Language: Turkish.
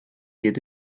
yedi